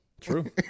True